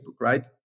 right